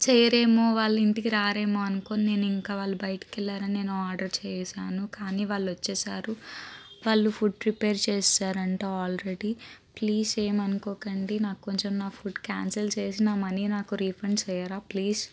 చేయ్యరు వాళ్ళు ఇంటికి రారు అనుకోని నేను ఇంకా వాళ్ళు బయటికెళ్ళారని నేను ఆర్డర్ చేశాను కానీ వాళ్ళు వచ్చేసారు వాళ్ళు ఫుడ్ ప్రిపేర్ చేసేశారు అల్రెడీ ప్లీజ్ ఏమి అనుకోకండి నాకు కొంచెం నా ఫుడ్ క్యాన్సిల్ చేసి నా మనీ నాకు రీఫండ్ చేయ్యరా ప్లీజ్